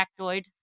factoid